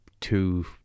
two